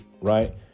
right